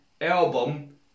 album